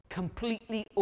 completely